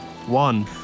One